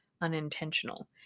unintentional